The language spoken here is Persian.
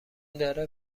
داره